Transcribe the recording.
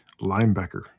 Linebacker